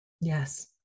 Yes